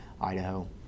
idaho